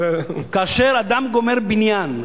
כאשר אדם גומר בניין,